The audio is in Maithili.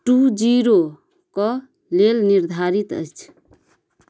टू जीरोके लेल निर्धारित अछि